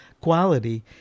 quality